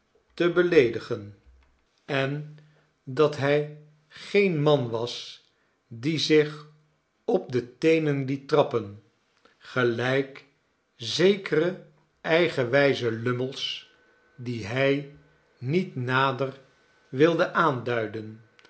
te beleedigen en dat hij geen man was die zich op de teenen liet trappen gelijk zekere eigenwijze lummels die hij niet nader wilde aanduiden